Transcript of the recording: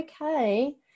okay